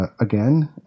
again